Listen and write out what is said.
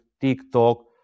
TikTok